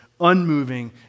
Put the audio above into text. unmoving